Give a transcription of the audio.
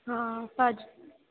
ਹਾਂ